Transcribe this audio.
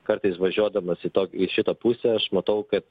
kartais važiuodamas į to į šitą pusę aš matau kad